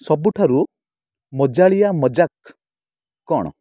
ସବୁଠାରୁ ମଜାଳିଆ ମଜାକ୍ କ'ଣ